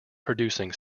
producing